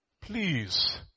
Please